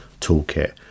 toolkit